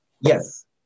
Yes